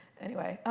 anyway.